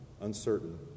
uncertain